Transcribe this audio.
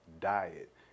diet